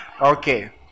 Okay